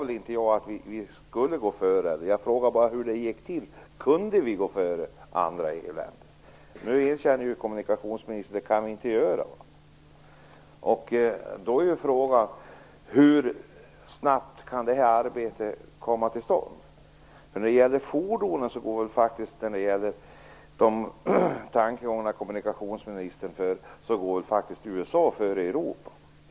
Jag sade inte att vi skulle gå före - jag frågade bara om vi kunde gå före andra EU-länder. Nu erkänner kommunikationsministern att vi inte kan göra det. Då är frågan: Hur snabbt kan det arbetet komma till stånd? När det gäller de tankegångar kommunikationsministern tog upp går faktiskt USA före Europa.